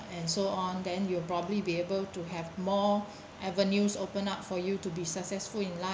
and so on then you'll probably be able to have more avenues open up for you to be successful in life